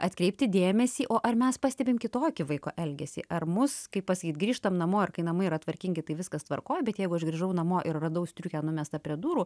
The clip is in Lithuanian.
atkreipti dėmesį o ar mes pastebim kitokį vaiko elgesį ar mus kaip pasakyt grįžtam namo ir kai namai yra tvarkingi tai viskas tvarkoj bet jeigu aš grįžau namo ir radau striukę numestą prie durų